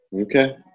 Okay